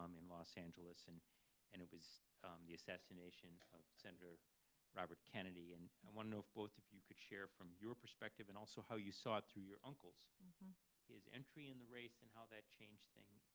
um in los angeles, and and it was the assassination of senator robert kennedy. and i want to know if both of you could share from your perspective, and also how you saw it through your uncle's his entry in the race and how that changed things,